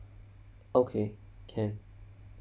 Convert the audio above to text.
okay can